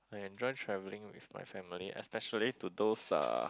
I enjoy travelling with my family especially to those uh